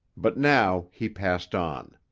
but now he passed on.